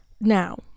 Now